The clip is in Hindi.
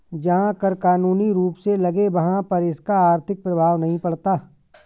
जहां कर कानूनी रूप से लगे वहाँ पर इसका आर्थिक प्रभाव नहीं पड़ता